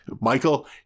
Michael